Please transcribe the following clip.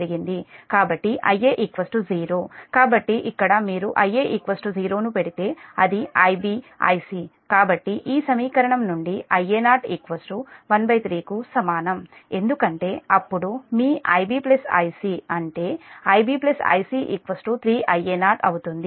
కాబట్టి ఇక్కడ మీరు Ia0 0 ను పెడితే అది Ib Icకాబట్టి ఈ సమీకరణం నుండిIa0 13 కు సమానం ఎందుకంటే అప్పుడు మీ Ib Ic అంటే Ib Ic 3 Ia0 అవుతుంది